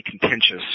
contentious